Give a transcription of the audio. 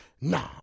nah